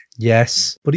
Yes